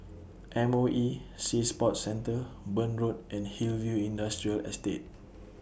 M O E Sea Sports Centre Burn Road and Hillview Industrial Estate